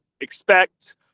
expect